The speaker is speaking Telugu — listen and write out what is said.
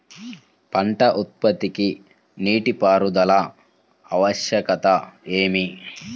పంట ఉత్పత్తికి నీటిపారుదల ఆవశ్యకత ఏమి?